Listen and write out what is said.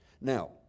Now